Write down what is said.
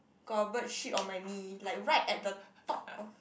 got a bird shit on my knee like right at the top of